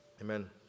amen